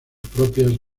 propias